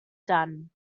done